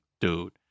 dude